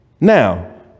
Now